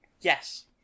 yes